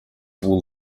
will